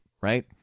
right